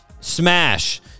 Smash